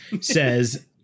says